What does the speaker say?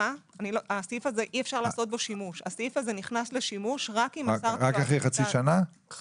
הסעיף הזה נכנס לשימוש רק אם מסרתי לו את האזהרה.